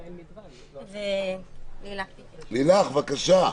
לילך, בבקשה.